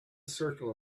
circle